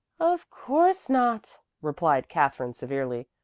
of course not, replied katherine severely.